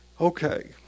Okay